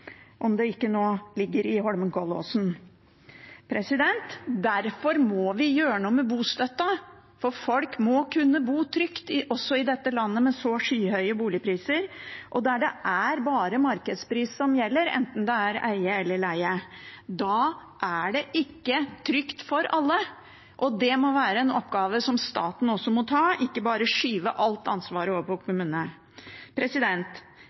om det nå ikke ligger i Holmenkollåsen. Derfor må vi gjøre noe med bostøtten, for folk må kunne bo trygt også i dette landet med så skyhøye boligpriser – der det bare er markedspris som gjelder, enten det er eie eller leie. Da er det ikke trygt for alle. Det må være en oppgave som staten også må ta, ikke bare skyve alt ansvaret over på